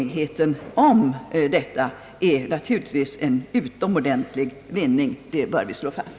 Enigheten om detta är naturligtvis en utomordentlig vinning, det bör vi slå fast.